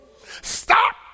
Stop